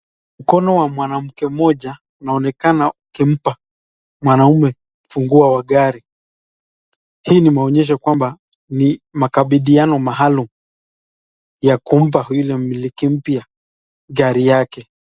Mkono wa mwanamke moja inaonekana akimpa mwanaume funguo wa gari hii ni maonyesho kwamba ni makabidhiano maalum ya kumpa yule mmiliki mpya gari yake